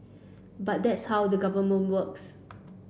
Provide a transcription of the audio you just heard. but that's how the Government works